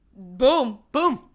boom! boom!